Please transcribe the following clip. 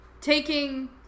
taking